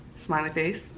smiley face.